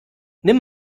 nimm